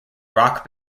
rock